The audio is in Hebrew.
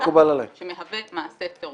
שמהווה מעשה טרור.